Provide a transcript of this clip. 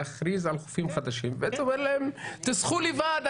להכריז על חופים חדשים ואומר להם: תשחו לבד,